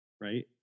right